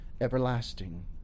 everlasting